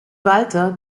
walter